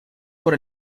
por